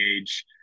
age